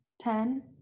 ten